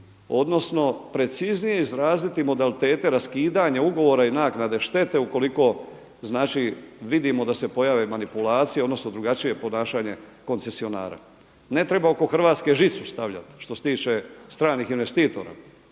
odnosno preciznije izraziti modalitete raskidanja ugovora i naknade štete ukoliko znači vidimo da se pojave manipulacije odnosno drugačije ponašanje koncesionara. Ne treba oko Hrvatske žicu stavljati što se tiče stranih investitora